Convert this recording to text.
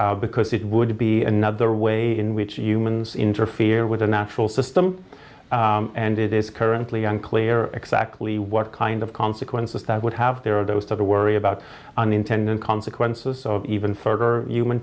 things because it would be another way in which humans interfere with the natural system and it is currently unclear exactly what kind of consequences that would have there are those other worry about unintended consequences even for human